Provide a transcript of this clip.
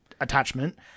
attachment